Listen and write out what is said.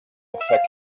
effekt